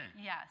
Yes